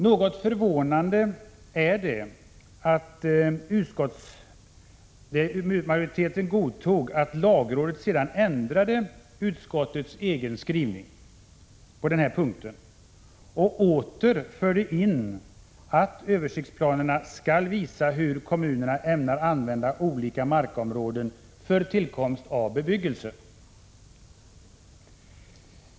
Något förvånande är det att utskottsmajoriteten godtog att lagrådet ändrade utskottets egen skrivning på denna punkt och åter förde in att översiktsplanerna skall visa hur kommunerna ämnar använda olika markområden för tillkomst av bebyggelse.